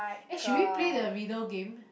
eh should we play the riddle game